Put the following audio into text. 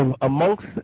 amongst